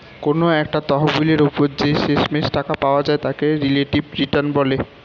কোনো একটা তহবিলের উপর যে শেষমেষ টাকা পাওয়া যায় তাকে রিলেটিভ রিটার্ন বলে